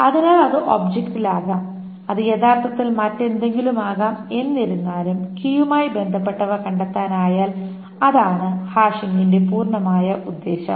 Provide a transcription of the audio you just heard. അതിനാൽ അത് ഒബ്ജെക്ടിൽ ആകാം അത് യഥാർത്ഥത്തിൽ മറ്റെന്തെങ്കിലുമാകാം എന്നിരുന്നാലും കീയുമായി ബന്ധപ്പെട്ടവ കണ്ടെത്താനായാൽ അതാണ് ഹാഷിംഗിന്റെ പൂർണമായ ഉദ്ദേശം